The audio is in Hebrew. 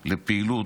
לפעילות,